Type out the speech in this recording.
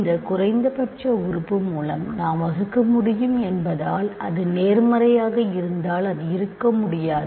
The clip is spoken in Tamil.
இந்த குறைந்தபட்ச உறுப்பு மூலம் நாம் வகுக்க முடியும் என்பதால் அது நேர்மறையாக இருந்தால் அது இருக்க முடியாது